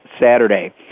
Saturday